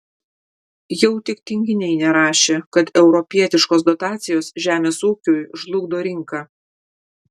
jau tik tinginiai nerašė kad europietiškos dotacijos žemės ūkiui žlugdo rinką